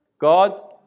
God's